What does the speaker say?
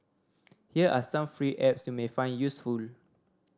here are some free apps you may find useful